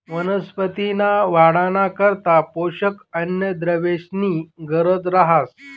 वनस्पतींसना वाढना करता पोषक अन्नद्रव्येसनी गरज रहास